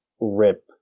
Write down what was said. rip